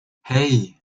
hey